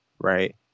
right